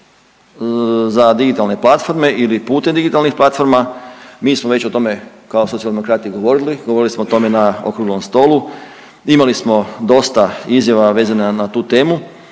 za digitalne platforme ili putem digitalnih platforma, mi smo već o tome kao Socijaldemokrati govorili, govorili smo o tome na okruglom stolu, imali smo dosta izjava vezano na tu temu